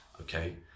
Okay